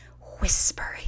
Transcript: Whispering